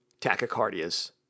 tachycardias